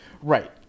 Right